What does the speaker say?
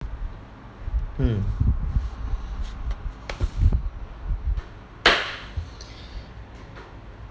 mm